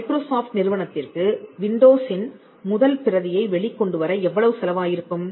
Microsoft நிறுவனத்திற்கு விண்டோஸின் முதல் பிரதியை வெளிக் கொண்டு வர எவ்வளவு செலவாயிருக்கும்